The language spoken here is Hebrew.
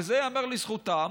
וזה ייאמר לזכותם,